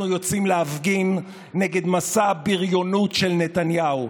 אנחנו יוצאים להפגין נגד מסע הבריונות של נתניהו,